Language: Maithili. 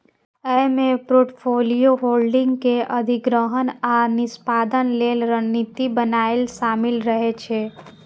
अय मे पोर्टफोलियो होल्डिंग के अधिग्रहण आ निष्पादन लेल रणनीति बनाएब शामिल रहे छै